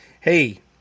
hey